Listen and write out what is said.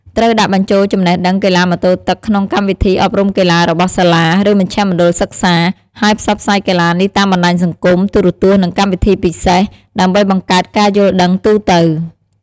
ត្រូវដាក់បញ្ចូលចំណេះដឹងកីឡាម៉ូតូទឹកក្នុងកម្មវិធីអប់រំកីឡារបស់សាលា ឬមជ្ឈមណ្ឌលសិក្សា ហើយផ្សព្វផ្សាយកីឡានេះតាមបណ្តាញសង្គម ទូរទស្សន៍ និងកម្មវិធីពិសេស ដើម្បីបង្កើតការយល់ដឹងទូទៅ។